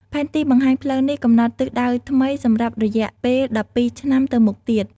ផែនទីបង្ហាញផ្លូវនេះកំណត់ទិសដៅថ្មីសម្រាប់រយៈពេល១២ឆ្នាំទៅមុខទៀត។